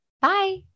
Bye